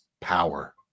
power